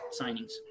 signings